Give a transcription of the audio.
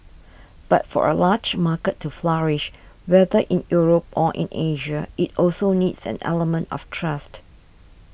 but for a large market to flourish whether in Europe or in Asia it also needs an element of trust